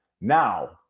Now